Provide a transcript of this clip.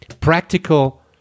practical